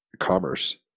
commerce